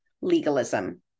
legalism